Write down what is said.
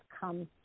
come